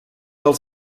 del